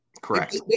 Correct